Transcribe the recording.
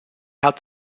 held